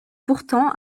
pourtant